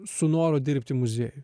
su noru dirbti muziejuj